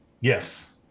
Yes